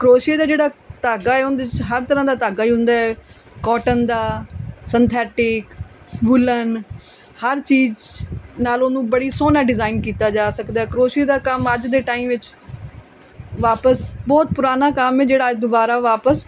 ਕਰੋਸ਼ੀਏ ਦਾ ਜਿਹੜਾ ਧਾਗਾ ਏ ਉਹਦੇ ਵਿੱਚ ਹਰ ਤਰ੍ਹਾਂ ਦਾ ਧਾਗਾ ਹੀ ਹੁੰਦਾ ਕਾਟਨ ਦਾ ਸੰਥੈਟਿਕ ਵੂਲਨ ਹਰ ਚੀਜ਼ ਨਾਲ ਉਹਨੂੰ ਬੜੀ ਸੋਹਣਾ ਡਿਜ਼ਾਈਨ ਕੀਤਾ ਜਾ ਸਕਦਾ ਕਰੋਸ਼ੀਏ ਦਾ ਕੰਮ ਅੱਜ ਦੇ ਟਾਈਮ ਵਿੱਚ ਵਾਪਸ ਬਹੁਤ ਪੁਰਾਣਾ ਕੰਮ ਹੈ ਜਿਹੜਾ ਅੱਜ ਦੁਬਾਰਾ ਵਾਪਸ